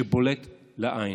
שבולט לעין.